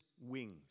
wings